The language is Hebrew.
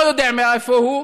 לא יודע מאיפה הוא.